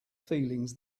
feelings